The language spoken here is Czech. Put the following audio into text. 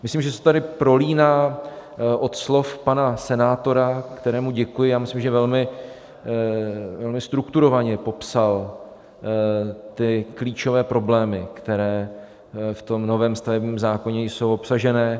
Myslím, že se to tady prolíná od slov pana senátora, kterému děkuji, myslím, že velmi strukturovaně tady popsal klíčové problémy, které v novém stavebním zákoně jsou obsažené.